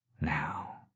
Now